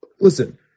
Listen